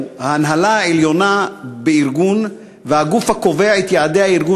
הוא: ההנהלה העליונה בארגון והגוף הקובע את יעדי הארגון